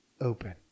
open